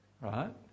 Right